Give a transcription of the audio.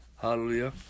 hallelujah